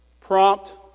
prompt